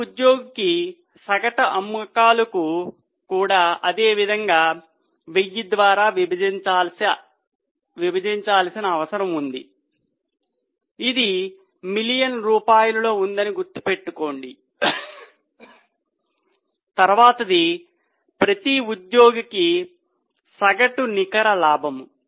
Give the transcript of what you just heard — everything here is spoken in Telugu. ప్రతి ఉద్యోగికి సగటు అమ్మకాలకు కూడా అదే విధంగా 1000 ద్వారా విభజించాల్సిన అవసరం ఉంది ఇది మిలియన్ల రూపాయలలో ఉందని గుర్తుంచుకోండి తరువాతిది ప్రతి ఉద్యోగికి సగటు నికర లాభం